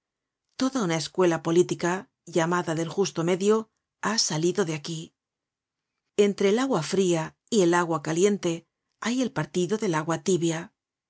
toda una escuela política llamada del justo medio ha salido de aquí entre el agua fria y el agua caliente hay el partido del agua tibia